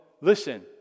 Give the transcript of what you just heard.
listen